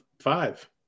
five